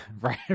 Right